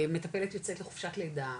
מטפלת יוצאת לחופשת לידה,